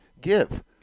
give